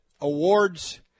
awards